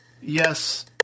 Yes